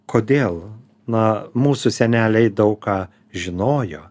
kodėl na mūsų seneliai daug ką žinojo